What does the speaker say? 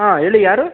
ಹಾಂ ಹೇಳಿ ಯಾರು